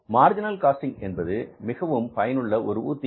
marginal costing என்பது மிகவும் பயனுள்ள ஒரு உத்தி